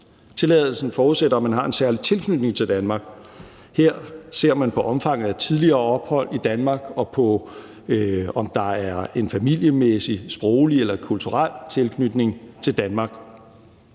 Tilladelsen forudsætter, at man har en særlig tilknytning til Danmark. Her ser man på omfanget af tidligere ophold i Danmark og på, om der er en familiemæssig, sproglig eller kulturel tilknytning til Danmark.